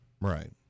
Right